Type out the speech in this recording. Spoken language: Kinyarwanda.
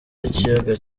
y’ikiyaga